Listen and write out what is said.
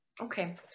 Okay